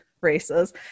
races